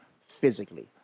physically